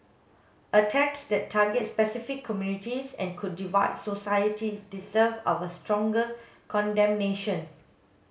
attacks that target specific communities and could divide societies deserve our strongest condemnation